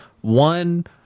one